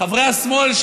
חברי השמאל,